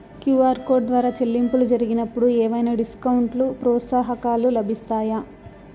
QR code ద్వారా చెల్లింపులు జరిగినప్పుడు ఏవైనా డిస్కౌంట్ లు, ప్రోత్సాహకాలు లభిస్తాయా?